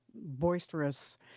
boisterous